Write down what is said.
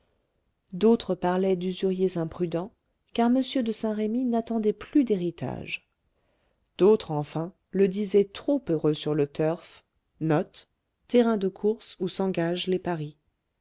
d'autres parlaient d'usuriers imprudents car m de saint-remy n'attendait plus d'héritage d'autres enfin le disaient trop heureux sur le turf